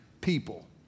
people